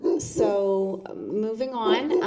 so moving on.